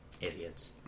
Idiots